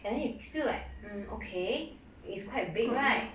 and then you still like um okay it's quite big right